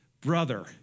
brother